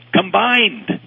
combined